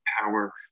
power